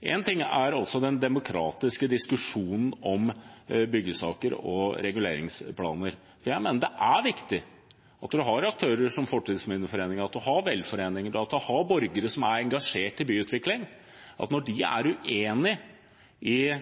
Én ting er den demokratiske diskusjonen om byggesaker og reguleringsplaner. Jeg mener det er viktig at man har aktører som Fortidsminneforeningen, velforeninger og borgere som er engasjert i byutvikling. Når de er uenige i